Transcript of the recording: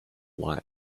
light